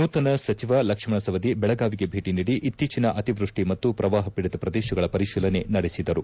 ನೂತನ ಸಚಿವ ಲಕ್ಷ್ಣ ಸವದಿ ಬೆಳಗಾವಿಗೆ ಭೇಟಿ ನೀಡಿ ಅತ್ತೀಚಿನ ಅತಿವೃಷ್ಟಿ ಮತ್ತು ಪ್ರವಾಹಪೀಡಿತ ಪ್ರದೇಶಗಳ ಪರಿತೀಲನೆ ನಡೆಸಿದರು